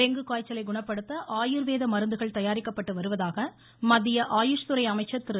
dengue காய்ச்சலை குணப்படுத்த ஆயுர்வேத மருந்துகள் தயாரிக்கப்பட்டு வருவதாக மத்திய ஆயுஷ்துறை அமைச்சர் திரு